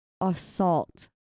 assault